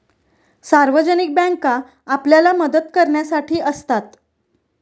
सार्वजनिक बँका आपल्याला मदत करण्यासाठी असतात